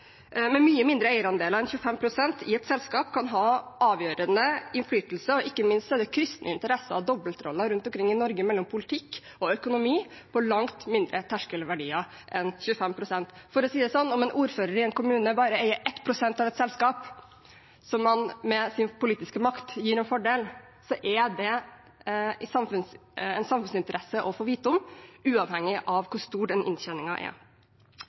med mye mindre eierandeler enn 25 pst. i et selskap kan ha avgjørende innflytelse, og ikke minst er det kryssende interesser og dobbeltroller rundt omkring i Norge, mellom politikk og økonomi, for langt lavere terskelverdier enn 25 pst. For å si det sånn: Om en ordfører i en kommune bare eier 1 pst. av et selskap som han med sin politiske makt gir en fordel, er det i samfunnets interesse å få vite om det, uavhengig av hvor stor inntjeningen er. Det er